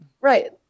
right